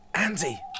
Andy